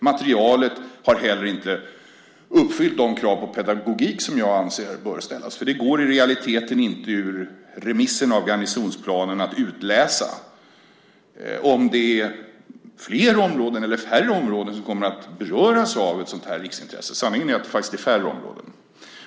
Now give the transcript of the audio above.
Materialet har inte heller uppfyllt de krav på pedagogik som jag anser bör ställas. Det går i realiteten inte att utläsa ur remissen av garnisonsplanen om det är fler eller färre områden som kommer att beröras av ett sådant här riksintresse. Sanningen är att det faktiskt är färre områden.